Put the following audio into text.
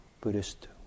Buddhist